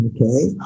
Okay